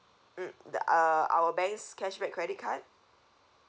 mm the uh our bank's cashback credit card